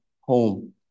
home